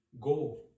Go